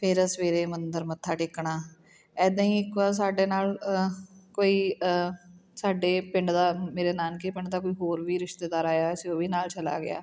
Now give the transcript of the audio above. ਫਿਰ ਸਵੇਰੇ ਮੰਦਰ ਮੱਥਾ ਟੇਕਣਾ ਇੱਦਾਂ ਹੀ ਇੱਕ ਵਾਰ ਸਾਡੇ ਨਾਲ ਕੋਈ ਸਾਡੇ ਪਿੰਡ ਦਾ ਮੇਰੇ ਨਾਨਕੇ ਪਿੰਡ ਦਾ ਕੋਈ ਹੋਰ ਵੀ ਰਿਸ਼ਤੇਦਾਰ ਆਇਆ ਸੀ ਉਹ ਵੀ ਨਾਲ ਚਲਾ ਗਿਆ